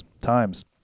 times